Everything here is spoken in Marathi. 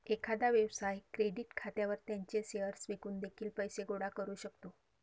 एखादा व्यवसाय क्रेडिट खात्यावर त्याचे शेअर्स विकून देखील पैसे गोळा करू शकतो